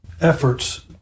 efforts